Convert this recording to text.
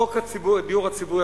חוק הדיור הציבורי,